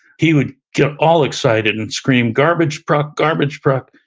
he would get all excited and scream, garbage truck, garbage truck,